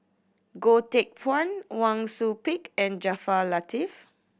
Goh Teck Phuan Wang Sui Pick and Jaafar Latiff